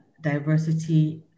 diversity